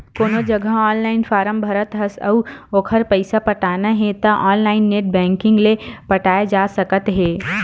कोनो जघा online form भरत हस अउ ओखर पइसा पटाना हे त ऑनलाइन नेट बैंकिंग ले पटाए जा सकत हे